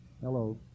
Hello